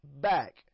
back